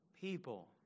people